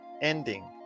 ending